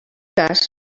cas